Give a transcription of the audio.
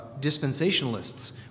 dispensationalists